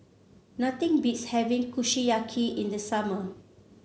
nothing beats having Kushiyaki in the summer